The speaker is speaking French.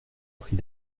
prix